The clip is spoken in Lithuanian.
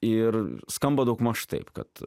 ir skamba daugmaž taip kad